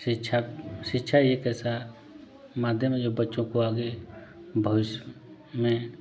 शिक्षक शिक्षा एक ऐसा माध्यम है जो बच्चों को आगे भविष्य में